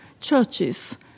churches